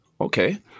Okay